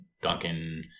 Duncan